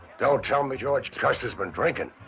don't tell me george custer's been drinking?